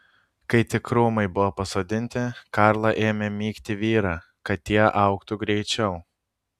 kai tik krūmai buvo pasodinti karla ėmė mygti vyrą kad tie augtų greičiau